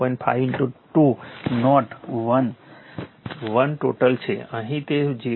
5 2 not 1 1 total છે અહીં તે 0